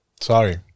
Sorry